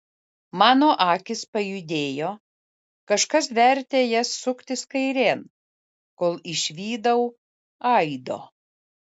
mano akys pajudėjo kažkas vertė jas suktis kairėn kol išvydau aido